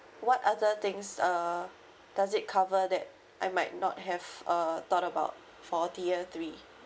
what other things uh does it cover that I might not have uh thought about for tier three